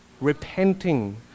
repenting